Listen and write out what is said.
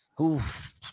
Oof